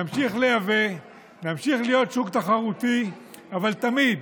נמשיך לייבא, נמשיך להיות שוק תחרותי, אבל תמיד,